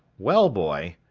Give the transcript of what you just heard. well boy,